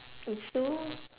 it's so